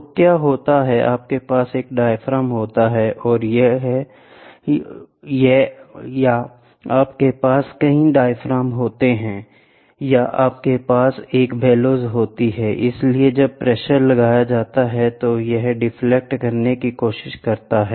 तो क्या होता है आपके पास एक डायाफ्राम होता है या आपके पास कई डायाफ्राम होते हैं या आपके पास एक बिलोज होती है इसलिए जब प्रेशर लगाया जाता है तो यह डिप्लैट करने की कोशिश करता है